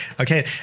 Okay